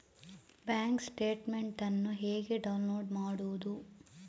Bank statement ಅನ್ನು ಹೇಗೆ download ಮಾಡುವುದು?